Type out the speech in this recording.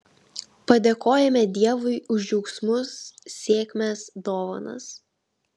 padėkojame dievui už džiaugsmus sėkmes dovanas